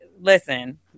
Listen